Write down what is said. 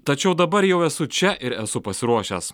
tačiau dabar jau esu čia ir esu pasiruošęs